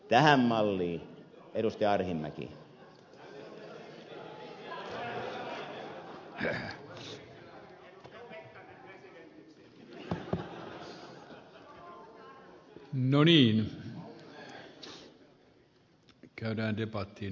tähän malliin ed